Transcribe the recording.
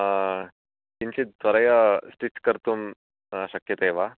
किञ्चित् त्वरया स्टिच् कर्तुं शक्यते वा